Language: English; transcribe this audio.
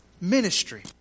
ministry